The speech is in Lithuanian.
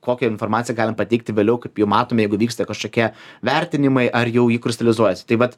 kokią informaciją galim pateikti vėliau kaip jau matome jeigu vyksta kažkokie vertinimai ar jau ji krustalizuojasi taip vat